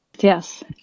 Yes